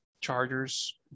Chargers